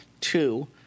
Two